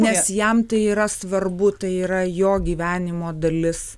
nes jam tai yra svarbu tai yra jo gyvenimo dalis